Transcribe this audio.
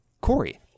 Corey